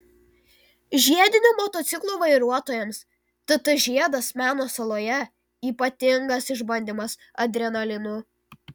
žiedinių motociklų vairuotojams tt žiedas meno saloje ypatingas išbandymas adrenalinu